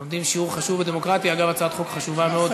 הם לומדים שיעור חשוב בדמוקרטיה אגב הצעת חוק חשובה מאוד.